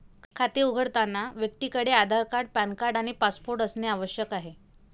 खाते उघडताना व्यक्तीकडे आधार कार्ड, पॅन कार्ड आणि पासपोर्ट फोटो असणे आवश्यक आहे